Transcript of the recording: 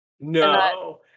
No